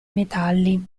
metalli